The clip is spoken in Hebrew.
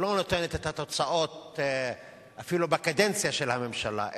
שלא נותנת את התוצאות אפילו בקדנציה של הממשלה,